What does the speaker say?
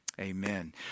Amen